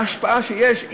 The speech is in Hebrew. בהשפעה שיש לה,